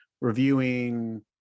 reviewing